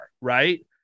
right